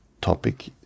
topic